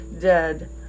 dead